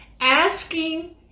Asking